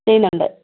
ചെയ്യുന്നുണ്ട്